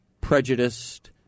prejudiced